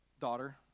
daughter